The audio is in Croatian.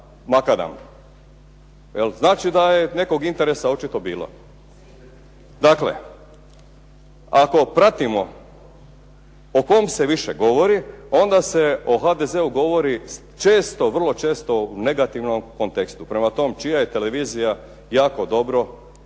makadam? Znači da je nekog interesa očito bilo. Dakle, ako pratimo o kome se više govori, onda se o HDZ-u govori često, vrlo često u negativnom kontekstu. Prema tome, čija je televizija, jako dobro bi